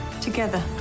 Together